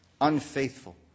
unfaithful